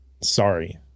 Sorry